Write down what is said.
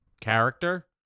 character